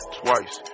twice